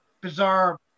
bizarre